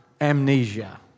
amnesia